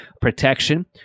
protection